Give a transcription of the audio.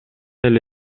эле